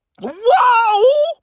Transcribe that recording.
Whoa